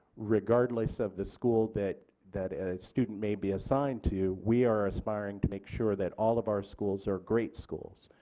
regardless of the school that that a student may be assigned to, we are aspiring to make sure that all of our schools are great schools.